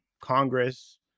Congress